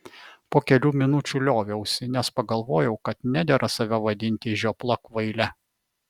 po kelių minučių lioviausi nes pagalvojau kad nedera save vadinti žiopla kvaile